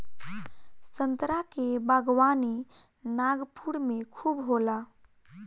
संतरा के बागवानी नागपुर में खूब होला